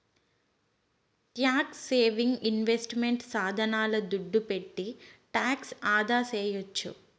tax saving investment సాధనాల దుడ్డు పెట్టి టాక్స్ ఆదాసేయొచ్చు